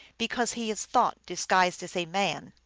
because he is thought disguised as a man.